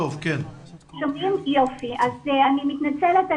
אני מתנצלת,